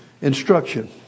instruction